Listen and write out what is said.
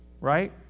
right